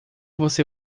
você